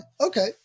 Okay